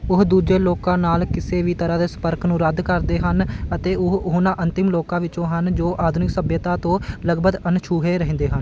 ਉਹ ਦੂਜੇ ਲੋਕਾਂ ਨਾਲ ਕਿਸੇ ਵੀ ਤਰ੍ਹਾਂ ਸੰਪਰਕ ਨੂੰ ਰੱਦ ਕਰਦੇ ਹਨ ਅਤੇ ਉਹ ਉਹਨਾਂ ਅੰਤਿਮ ਲੋਕਾਂ ਵਿੱਚੋਂ ਹਨ ਜੋ ਆਧੁਨਿਕ ਸੱਭਿਅਤਾ ਤੋਂ ਲਗਭਗ ਅਣਛੂਹੇ ਰਹਿੰਦੇ ਹਨ